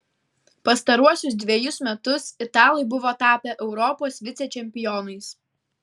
pastaruosius dvejus metus italai buvo tapę europos vicečempionais